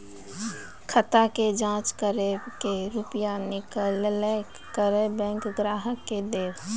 खाता के जाँच करेब के रुपिया निकैलक करऽ बैंक ग्राहक के देब?